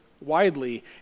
widely